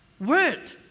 word